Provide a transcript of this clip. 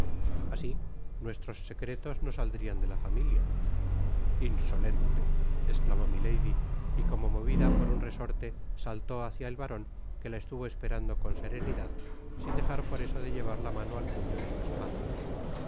asi nuestros secretos no saldrian de la familia insolente esclamó milady y como movida por un resorte saltó hácia et baron que la estuvo esperando con serenidad sin dejar por eso de llevar la mano al puño de su espada